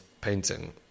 painting